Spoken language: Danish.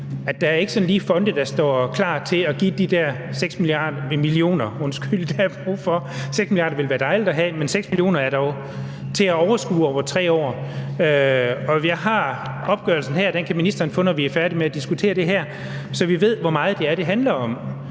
Der er ikke fonde, der lige står klar til at give de der 6 mia. kr. – undskyld, 6 mio. kr. – som der er brug for. 6 mia. kr. ville være dejligt at have, men 6 mio. kr. over 3 år er dog til at overskue. Jeg har opgørelsen her. Den kan ministeren få, når vi er færdige med at diskutere det her, så vi ved, hvor meget det handler om.